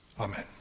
Amen